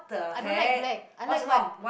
i don't like black i like white